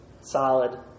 solid